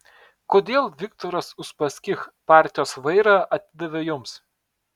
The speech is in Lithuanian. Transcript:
kodėl viktoras uspaskich partijos vairą atidavė jums